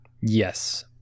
yes